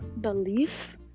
belief